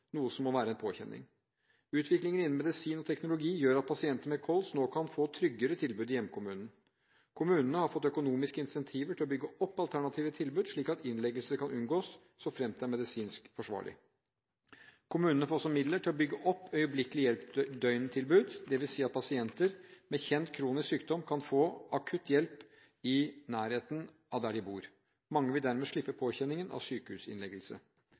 noe som må være en påkjenning. Utviklingen innen medisin og teknologi gjør at pasienter med kols nå kan få tryggere tilbud i hjemkommunen. Kommunene har fått økonomiske incentiver til å bygge opp alternative tilbud slik at innleggelser kan unngås, såfremt det er medisinsk forsvarlig. Kommunene får også midler til å bygge opp øyeblikkelig-hjelp-døgntilbud. Det vil si at pasienter med kjent kronisk sykdom kan få akutt hjelp i nærheten av der de bor. Mange vil dermed slippe påkjenningen ved sykehusinnleggelse.